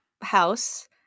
house